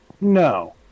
No